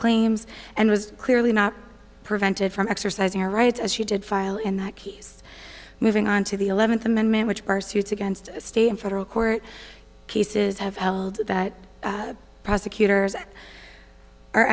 claims and was clearly not prevented from exercising our rights as she did file in that case moving on to the eleventh amendment which bar suits against state and federal court cases have held that prosecutors